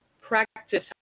practice